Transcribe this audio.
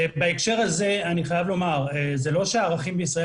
בהקשר הזה אני חייב לומר שזה לא שהערכים בישראל